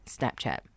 Snapchat